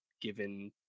given